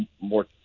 more